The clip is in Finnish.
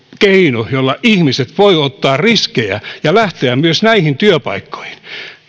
keino jolla ihmiset voivat ottaa riskejä ja lähteä myös näihin työpaikkoihin